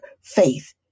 faith